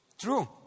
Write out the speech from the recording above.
True